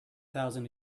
thousand